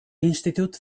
institute